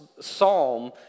psalm